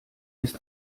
ist